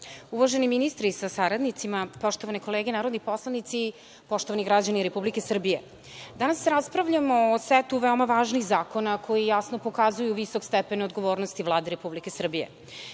ministre sa saradnicima, poštovane kolege narodni poslanici, poštovani građani Republike Srbije, danas raspravljamo o setu veoma važnih zakona koji jasno pokazuju visok stepen odgovornosti Vlade Republike Srbije. Kao